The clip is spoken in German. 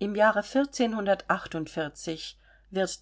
im jahre wird